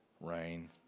rain